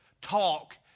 talk